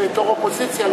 בתור אופוזיציה,